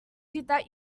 that